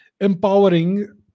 empowering